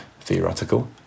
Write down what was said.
theoretical